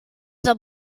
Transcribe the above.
the